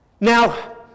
Now